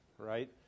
right